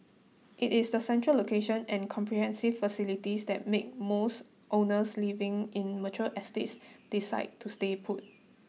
it is the central location and comprehensive facilities that make most owners living in mature estates decide to stay put